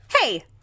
Hey